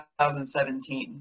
2017